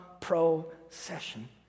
procession